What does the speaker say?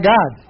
God